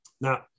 Now